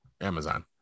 Amazon